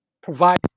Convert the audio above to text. provide